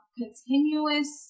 continuous